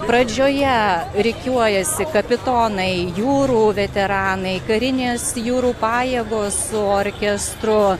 pradžioje rikiuojasi kapitonai jūrų veteranai karinės jūrų pajėgos su orkestru